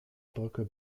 brücke